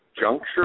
juncture